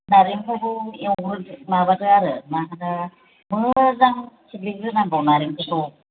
नारेंखलखौ एवग्रो माबादो आरो मा होनो मोजां सिग्लिग्रोनांगौ नारेंखलखौ